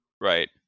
Right